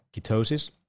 ketosis